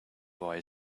boy